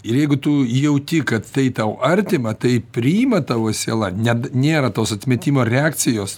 ir jeigu tu jauti kad tai tau artima tai priima tavo siela net nėra tos atmetimo reakcijos